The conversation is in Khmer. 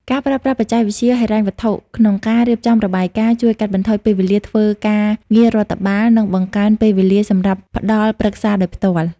ការប្រើប្រាស់បច្ចេកវិទ្យាហិរញ្ញវត្ថុ ក្នុងការរៀបចំរបាយការណ៍ ជួយកាត់បន្ថយពេលវេលាធ្វើការងាររដ្ឋបាល និងបង្កើនពេលវេលាសម្រាប់ផ្ដល់ប្រឹក្សាដោយផ្ទាល់។